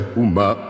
uma